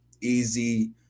Easy